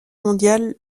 mondiale